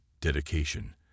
dedication